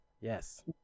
Yes